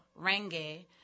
Renge